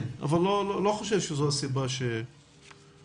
אני לא חושב שזו הסיבה שסגרו.